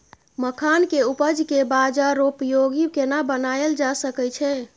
मखान के उपज के बाजारोपयोगी केना बनायल जा सकै छै?